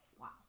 wow